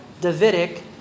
Davidic